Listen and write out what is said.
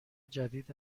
جدید